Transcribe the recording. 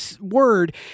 word